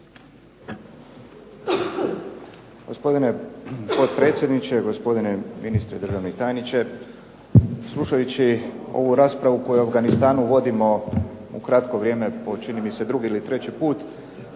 Gospodin potpredsjedniče, gospodine ministre i državni tajniče. Slušajući ovu raspravu o Afganistanu koju vodimo u kratko vrijeme po čini mi se drugi ili treći put,